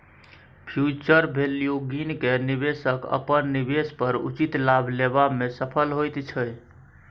future value गिन केँ निबेशक अपन निबेश पर उचित लाभ लेबा मे सफल होइत छै